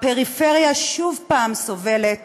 הפריפריה שוב סובלת